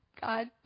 God